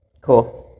cool